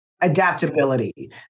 adaptability